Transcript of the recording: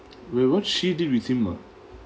wait what she did with him ah